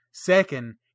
Second